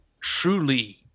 truly